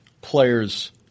player's